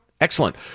Excellent